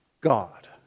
God